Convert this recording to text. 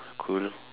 cool